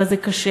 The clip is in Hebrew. אבל זה קשה.